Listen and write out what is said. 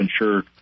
ensure